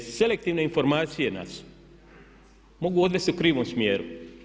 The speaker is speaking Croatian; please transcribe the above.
Selektivne informacije nas mogu odvesti u krivom smjeru.